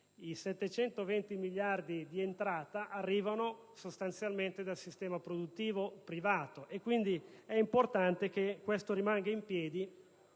I 720 miliardi di entrate arrivano sostanzialmente dal sistema produttivo privato, quindi è importante che quel settore rimanga in piedi